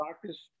practice